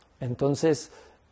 entonces